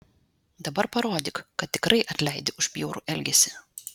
dabar parodyk kad tikrai atleidi už bjaurų elgesį